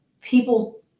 people